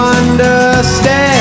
understand